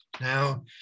Now